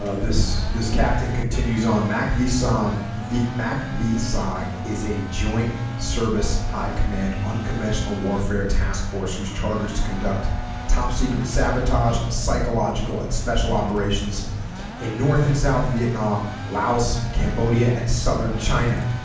ah this this captain continues on mac visa um v mac v sag is a joint service high command unconventional warfare task force whose charters to conduct top secret sabotage psychological and special operations in north and south vietnam laos cambodia and southern china